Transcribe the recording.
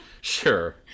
Sure